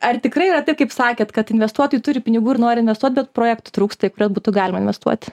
ar tikrai yra taip kaip sakėt kad investuotojai turi pinigų ir nori investuot bet projektų trūksta į kuriuos būtų galima investuoti